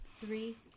Three